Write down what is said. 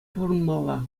пурӑнмалла